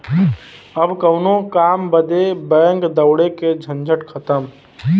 अब कउनो काम बदे बैंक दौड़े के झंझटे खतम